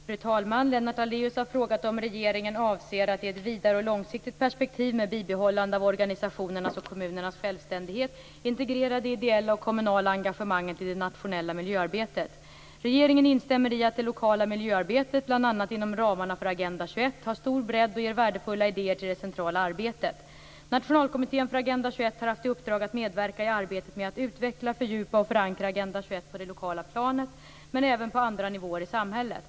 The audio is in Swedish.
Fru talman! Lennart Daléus har frågat om regeringen avser att i ett vidare och långsiktigt perspektiv, med bibehållande av organisationernas och kommunernas självständighet, integrera det ideella och kommunala engagemanget i det nationella miljöarbetet. Regeringen instämmer i att det lokala miljöarbetet, bl.a. inom ramarna för Agenda 21, har stor bredd och ger värdefulla idéer till det centrala arbetet. Nationalkommittén för Agenda 21 har haft i uppdrag att medverka i arbetet med att utveckla, fördjupa och förankra Agenda 21 på det lokala planet, men även på andra nivåer i samhället.